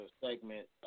segment